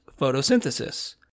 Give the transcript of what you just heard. photosynthesis